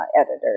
editors